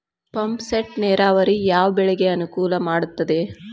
Pump set ನೇರಾವರಿ ಯಾವ್ ಬೆಳೆಗೆ ಅನುಕೂಲ ಮಾಡುತ್ತದೆ?